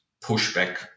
pushback